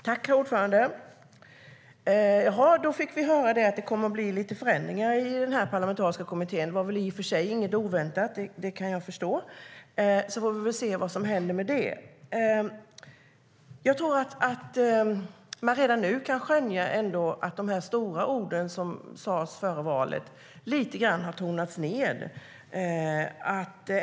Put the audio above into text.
Herr talman! Jaha, då fick vi höra att det kommer att bli lite förändringar i den parlamentariska kommittén. Det var väl i och för sig inget oväntat. Det kan jag förstå. Vi får väl se vad som händer. Jag tror att man ändå redan nu kan skönja att de stora ord som sades före valet lite grann har tonats ned.